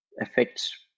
affects